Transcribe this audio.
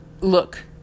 look